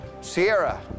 Sierra